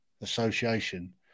Association